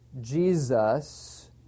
Jesus